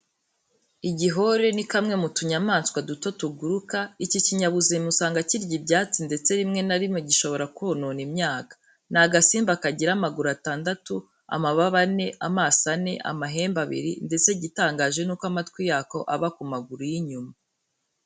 Igihore ni kamwe mu tunyamaswa duto tuguruka. Iki kinyabuzima usanga kirya ibyatsi ndetse rimwe na rimwe gishobora konona imyaka. Ni agasimba kagira amaguru atandatu, amababa ane, amaso ane, amahembe abiri ndetse igitangaje ni uko amatwi yako aba ku maguru y'inyuma.